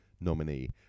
nominee